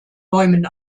bäumen